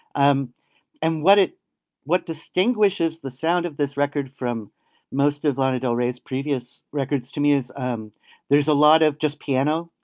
um and what it what distinguishes the sound of this record from most of lana del rey's previous records to me is um there's a lot of just piano.